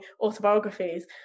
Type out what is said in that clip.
autobiographies